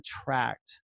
attract